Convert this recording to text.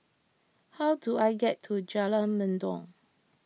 how do I get to Jalan Mendong